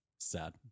Sad